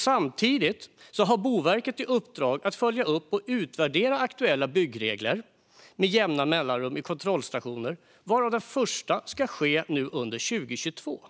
Samtidigt har Boverket i uppdrag att följa upp och utvärdera aktuella byggregler med jämna mellanrum i kontrollstationer, varav den första ska ske under 2022.